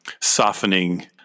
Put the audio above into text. softening